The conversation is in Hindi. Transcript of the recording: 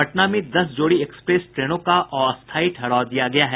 पटना में दस जोड़ी एक्सप्रेस ट्रेनों का अस्थायी ठहराव दिया गया है